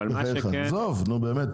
נו באמת,